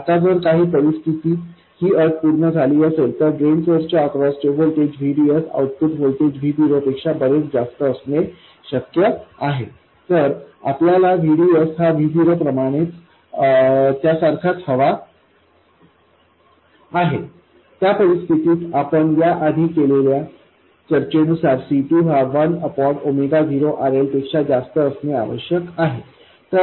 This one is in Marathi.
आता जर काही परिस्थितीत ही अट पूर्ण झाली असेल तर ड्रेन सोर्स च्या अक्रॉस चे voltage VDS output voltage V0 पेक्षा बरेच जास्त असणे शक्य आहे तर आपल्याला VDS हा V0 प्रमाणेच सारखा हवा आहे त्या परिस्थितीत आपण याआधी केलेल्या चर्चे नुसार C2 हा 1 0RL पेक्षा जास्त असणे आवश्यक आहे